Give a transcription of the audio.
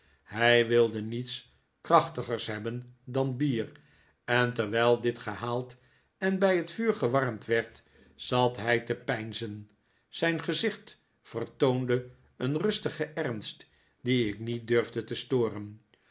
hij wilde niets krachtigers hebben dan bier en terwijl dit gehaald en bij het vuur gewarmd werd zat hij te peinzen zijn gezicht vertoonde een rustigen ernst dien ik niet durfde te storen